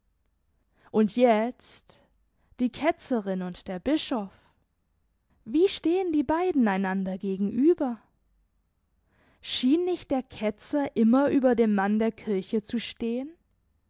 und jetzt die ketzerin und der bischof wie stehen die beiden einander gegenüber schien nicht der ketzer immer über dem mann der kirche zu stehen